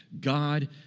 God